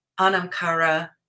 Anamkara